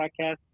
podcast